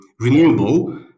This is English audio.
renewable